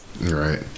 Right